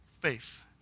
faith